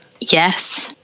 yes